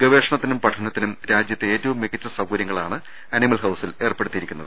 ഗവേഷണത്തിനും പഠനത്തിനും രാജ്യത്തെ ഏറ്റവും മികച്ചിസൌകര്യങ്ങളാണ് അനിമൽ ഹൌസിൽ ഏർപ്പെടുത്തിയിരിക്കുന്നത്